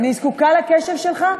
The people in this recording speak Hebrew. אני זקוקה לקשב שלך.